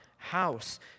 House